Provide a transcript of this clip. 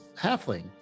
halfling